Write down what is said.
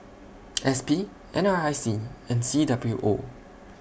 S P N R I C and C W O